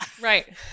Right